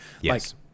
Yes